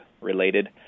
related